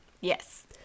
Yes